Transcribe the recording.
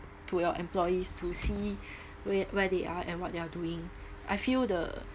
to your employees to see where where they are and what they are doing I feel the